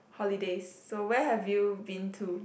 holidays so where have you been to